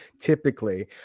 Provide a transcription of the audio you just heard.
typically